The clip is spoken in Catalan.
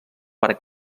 per